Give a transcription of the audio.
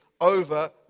over